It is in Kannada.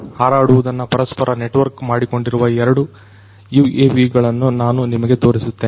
ಹಾರಾಡುವುದನ್ನು ಪರಸ್ಪರ ನೆಟ್ವರ್ಕ್ ಮಾಡಿಕೊಂಡಿರುವ ಎರಡು UAV ಗಳನ್ನು ನಾನು ನಿಮಗೆ ತೋರಿಸುತ್ತೇನೆ